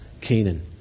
Canaan